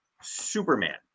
Superman